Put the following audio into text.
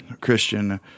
Christian